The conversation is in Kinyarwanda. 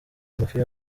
amafi